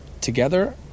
together